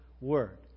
word